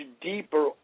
deeper